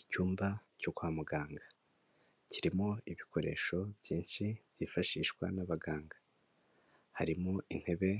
Icyumba cyo kwa muganga, kirimo ibikoresho byinshi byifashishwa n'abaganga harimo: intebe,